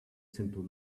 simple